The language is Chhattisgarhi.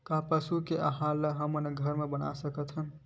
का पशु मन के आहार ला हमन घर मा बना सकथन?